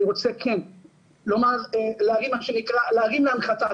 אני רוצה להרים להנחתה.